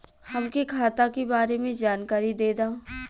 हमके खाता के बारे में जानकारी देदा?